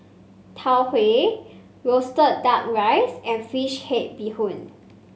Tau Huay roasted duck rice and fish head Bee Hoon